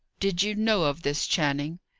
did you know of this, channing?